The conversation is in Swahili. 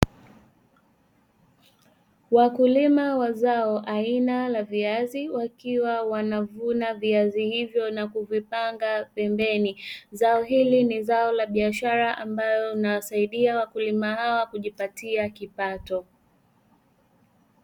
Wakulima wa zao aina la viazi, wakiwa wanavuna viazi hivyo na kuvipanga pembeni. Zao hili ni zao la biashara ambalo huwasaidia wakulima hawa kujipatia kipato.